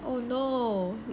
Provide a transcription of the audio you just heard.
oh no